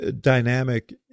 dynamic